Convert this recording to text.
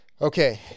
Okay